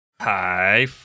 Hi